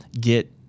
get